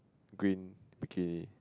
green bikini